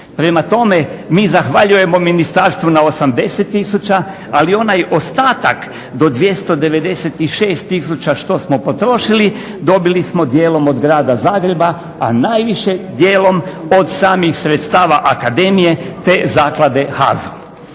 Prema tome, mi zahvaljujemo ministarstvu na 80 tisuća ali onaj ostatak do 296 tisuća što smo potrošili dobili smo dijelom od grada Zagreba, a najviše dijelom od samih sredstava akademije te Zaklade HAZU.